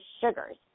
sugars